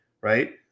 Right